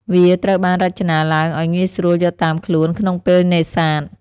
វាត្រូវបានរចនាឡើងឲ្យងាយស្រួលយកតាមខ្លួនក្នុងពេលនេសាទ។